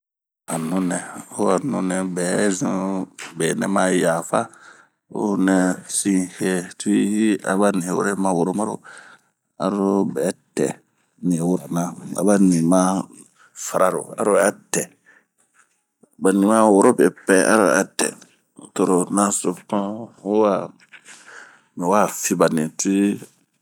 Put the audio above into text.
Ho a nu nɛ bɛ zun be nɛ ma yafa, honɛ sin hee tiwi, aba ni were ma woro maro, aro bɛ tɛɛ ni wurana, ni ma fararo aroɛ tɛ, ba ni ma woro be pɛ aro bɛ tɛɛ, to ro naso binan mi wa fii ba ni tuwii.